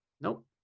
Nope